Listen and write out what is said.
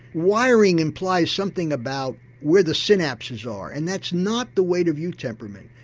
wiring implies something about where the synapses are and that's not the way to view temperament.